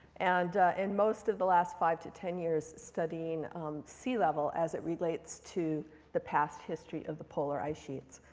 and and most of the last five to ten years studying sea level as it relates to the past history of the polar ice sheets.